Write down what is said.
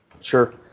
Sure